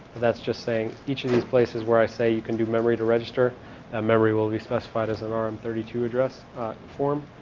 that's just saying each of these places where i say you can give memory to register and memory will be satisfied as an r m three two address form,